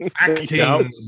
Acting